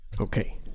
Okay